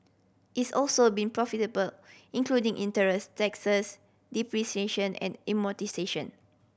it's also been profitable including interest taxes depreciation and amortisation